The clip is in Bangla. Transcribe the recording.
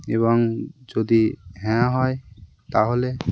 এবং যদি হ্যাঁ হয় তাহলে